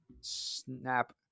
snap